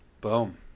Boom